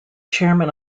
chairman